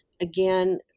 again